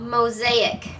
Mosaic